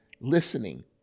listening